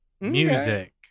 Music